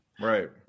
Right